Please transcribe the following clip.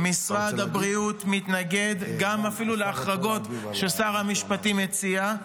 לצערי משרד הבריאות מתנגד אפילו להחרגות ששר המשפטים הציע,